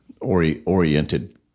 oriented